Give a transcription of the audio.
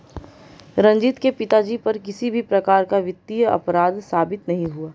रंजीत के पिताजी पर किसी भी प्रकार का वित्तीय अपराध साबित नहीं हुआ